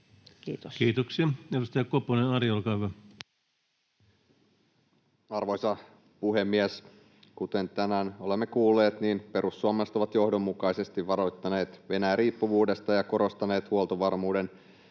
Kiitoksia. — Edustaja Koponen, Ari, olkaa hyvä. Arvoisa puhemies! Kuten tänään olemme kuulleet, niin perussuomalaiset ovat johdonmukaisesti varoittaneet Venäjä-riippuvuudesta ja korostaneet huoltovarmuuden